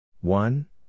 One